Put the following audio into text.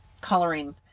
coloring